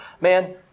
man